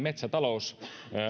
metsätalous